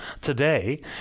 today